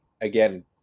Again